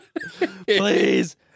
Please